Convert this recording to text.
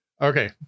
Okay